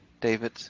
David